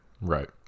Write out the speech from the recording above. right